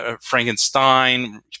Frankenstein